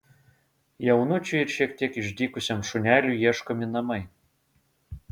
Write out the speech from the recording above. jaunučiui ir šiek tiek išdykusiam šuneliui ieškomi namai